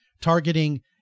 Targeting